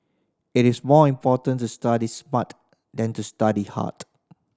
it is more important to study smart than to study hard